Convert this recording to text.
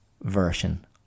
version